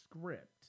script